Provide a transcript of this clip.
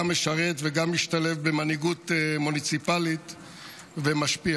גם משרת וגם משתלב במנהיגות מוניציפלית ומשפיע.